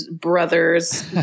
brothers